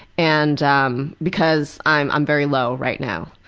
and um, because i'm i'm very low right now.